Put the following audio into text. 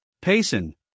Payson